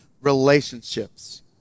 relationships